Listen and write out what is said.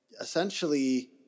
essentially